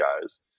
guys